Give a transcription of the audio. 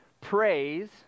Praise